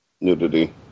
nudity